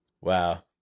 Wow